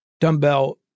dumbbell